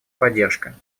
поддержка